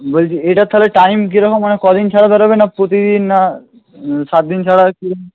বলছি এটা তাহলে টাইম কীরকম হয় কদিন ছাড়া ছাড়া হবে না প্রতিদিন না সাত দিন ছাড়া হয় কি